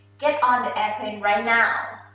get on the airplane right now.